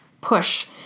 push